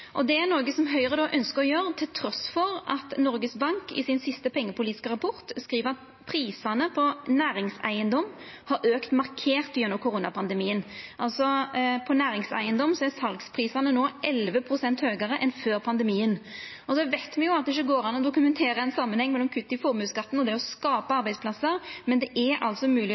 Det er noko Høgre ønskjer å gjera trass i at Noregs Bank i sin siste pengepolitiske rapport skriv at prisane på næringseigedom har auka markert gjennom koronapandemien. For næringseigedom er salsprisane no 11 pst. høgare enn før pandemien. Og så veit me at det ikkje går an å dokumentera ein samanheng mellom kutt i formuesskatten og det å skapa arbeidsplassar, men det er altså